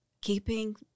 keeping